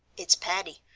it's patty,